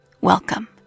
Welcome